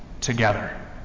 together